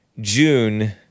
June